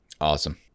Awesome